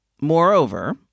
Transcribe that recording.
Moreover